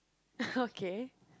okay